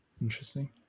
Interesting